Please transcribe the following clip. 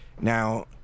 Now